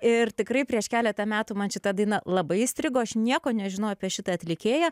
ir tikrai prieš keletą metų man šita daina labai įstrigo aš nieko nežinojau apie šitą atlikėją